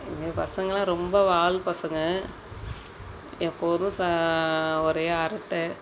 எங்கள் பசங்கள்லாம் ரொம்ப வால் பசங்க எப்போதும் ச ஒரே அரட்டை